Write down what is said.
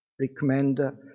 recommend